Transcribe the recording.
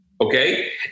okay